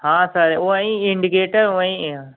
हाँ सर वहीं इन्डिकेटर वहीं है